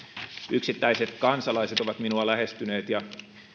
yksittäiset kansalaiset ovat minua lähestyneet ja